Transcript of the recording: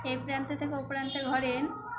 এই প্রান্ত থেকে ও প্রান্তে ঘোরেন